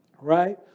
right